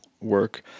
work